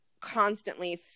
constantly